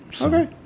Okay